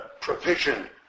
provision